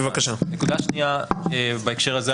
נקודה שנייה בהקשר הזה,